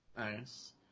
Nice